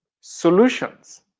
solutions